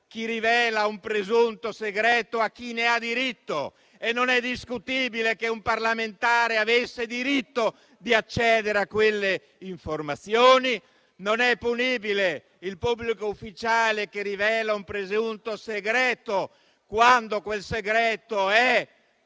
chi rivela un presunto segreto a chi ne ha diritto e non è discutibile che un parlamentare abbia diritto di accedere a quelle informazioni. Non è punibile il pubblico ufficiale che rivela un presunto segreto quando esso è